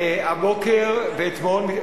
הבוקר ואתמול,